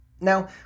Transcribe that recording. Now